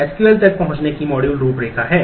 SQL तक पहुँचने की मॉड्यूल रूपरेखा है